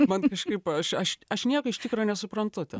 man kažkaip aš aš aš nieko iš tikro nesuprantu ten